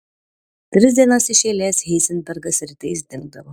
tris dienas iš eilės heizenbergas rytais dingdavo